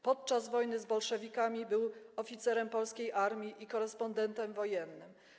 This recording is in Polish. Podczas wojny z bolszewikami był oficerem polskiej armii i korespondentem wojennym.